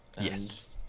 yes